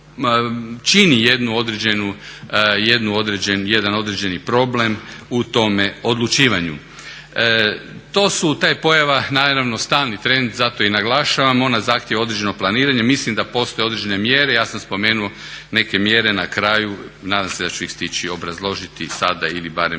čini jedan određeni problem u tome odlučivanju. Ta je pojava naravno stalni trend, zato i naglašavam. Ona zahtijeva određeno planiranje. Mislim da postoje određene mjere. Ja sam spomenuo neke mjere na kraju, nadam se da ću ih stići obrazložiti sada ili barem